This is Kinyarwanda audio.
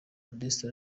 modeste